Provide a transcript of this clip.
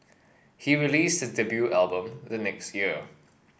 he released his debut album the next year